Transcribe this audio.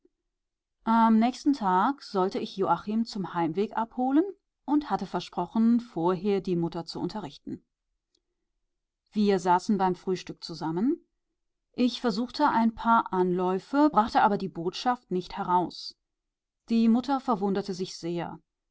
am nächsten tage sollte ich joachim zum heimweg abholen und hatte versprochen vorher die mutter zu unterrichten wir saßen beim frühstück zusammen ich versuchte ein paar anläufe brachte aber die botschaft nicht heraus die mutter verwunderte sich sehr